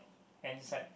hand side